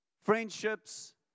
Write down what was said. friendships